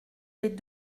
les